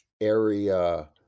area